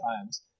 times